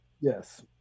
Yes